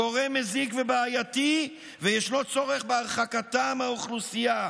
גורם מזיק ובעייתי, ויש צורך בהרחקתם מהאוכלוסייה.